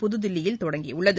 புதுதில்லியில் தொடங்கியுள்ளது